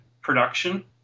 production